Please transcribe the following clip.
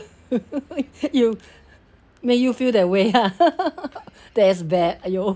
you made you feel that way ah that is bad !aiyo!